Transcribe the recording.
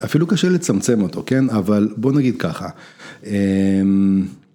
אפילו קשה לצמצם אותו כן אבל בוא נגיד ככה.